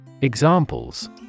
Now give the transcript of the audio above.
Examples